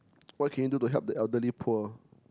what can you do to help the elderly poor